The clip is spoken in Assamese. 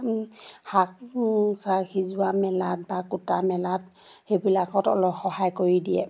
শাক চাক সিজোৱা মেলাত বা কুটা মেলাত সেইবিলাকত অলপ সহায় কৰি দিয়ে